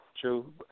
true